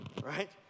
right